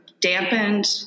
dampened